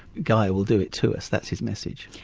gaia will do it to us, that's his message.